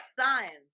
science